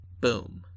Boom